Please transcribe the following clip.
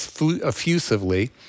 effusively